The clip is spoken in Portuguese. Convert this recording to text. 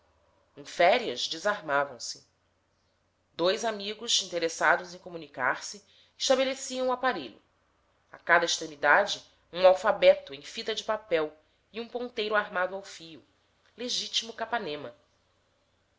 em férias desarmavam se dois amigos interessados em comunicar-se estabeleciam o aparelho a cada extremidade um alfabeto em fita de papel e um ponteiro amarrado ao fio legitimo capanema